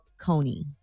Coney